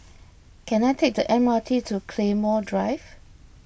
can I take the M R T to Claymore Drive